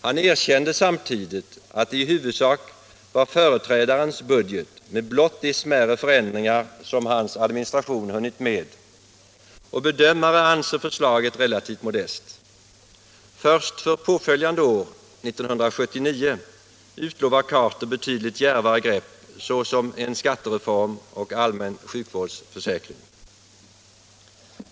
Han erkände samtidigt att det i huvudsak var företrädarens budget med blott de smärre förändringar som hans administration hunnit göra, och be dömare anser förslaget relativt modest. Först för påföljande år, 1979, utlovar Carter betydligt djärvare grepp, såsom en skattereform och allmän sjukförsäkring.